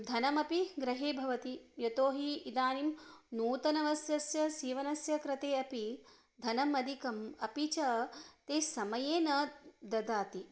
धनमपि गृहे भवति यतोहि इदानीं नूतनवस्त्रस्य सीवनस्यस्य सीवनस्य कृते अपि धनम् अधिकम् अपि च ते समये न ददाति